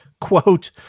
quote